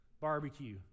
Barbecue